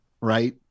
right